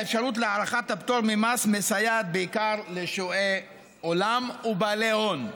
האפשרות להארכת הפטור ממס מסייעת בעיקר לשועי עולם ובעלי הון.